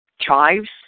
chives